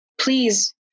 please